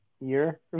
year